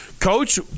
Coach